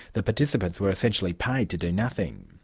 the participants were essentially paid to do nothing.